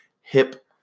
hip